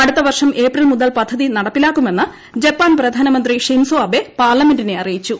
അടുത്ത വർഷം ഏപ്രിൽ മുതൽ പദ്ധതി നടപ്പിലാകുമെന്ന് ജപ്പാൻ പ്രധാനമന്ത്രി ഷിൻസോ അബേ പാർലമെന്റിനെ അറിയിച്ചു